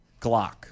Glock